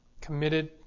committed